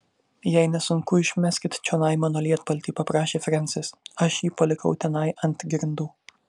jei nesunku išmeskit čionai mano lietpaltį paprašė frensis aš jį palikau tenai ant grindų